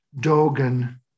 Dogen